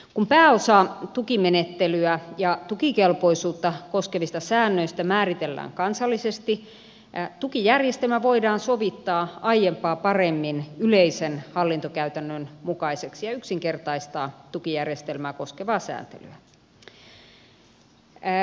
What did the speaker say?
kun pääosa tukimenettelyä ja tukikelpoisuutta koskevista säännöistä määritellään kansallisesti tukijärjestelmä voidaan sovittaa aiempaa paremmin yleisen hallintokäytännön mukaiseksi ja yksinkertaistaa tukijärjestelmää koskevaa sääntelyä